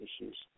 issues